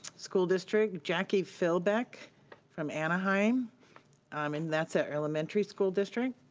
school district. jackie fillbeck from anaheim um and that's a elementary school district.